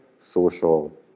social